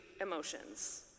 emotions